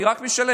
אני רק משלם,